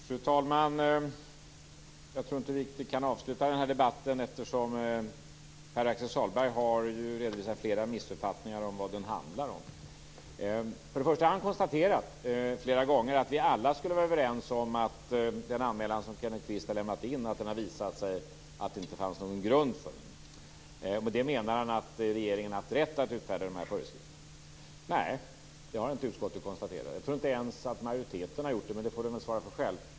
Fru talman! Jag tror inte att vi kan avsluta den här debatten, eftersom Pär-Axel Sahlberg har redovisat flera missuppfattningar om vad den handlar om. Han har konstaterat flera gånger att vi alla skulle vara överens om att det har visat sig att det inte fanns någon grund för den anmälan som Kenneth Kvist har lämnat in. Med det menar han att regeringen har haft rätt att utfärda dessa föreskrifter. Nej, det har inte utskottet konstaterat. Jag tror inte ens att majoriteten har gjort det, men det får man svara för själv.